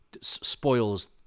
spoils